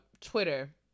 Twitter